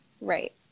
Right